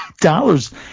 dollars